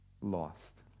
lost